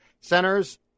Centers